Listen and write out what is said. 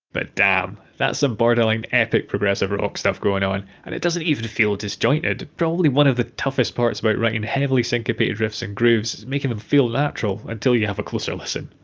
but dang, that's some border line epic progressive rock stuff going on! and it doesn't even feel disjointed probably one of the toughest parts about writing heavily syncopated riffs and groove, making them feel natural until you have a closer listen!